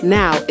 now